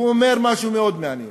הוא אומר משהו מאוד מעניין,